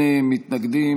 חבר הכנסת מרגי?